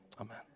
amen